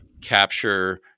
capture